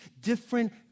different